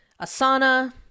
Asana